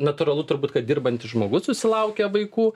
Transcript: natūralu turbūt kad dirbantis žmogus susilaukia vaikų